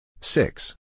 six